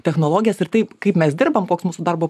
technologijas ir taip kaip mes dirbam koks mūsų darbo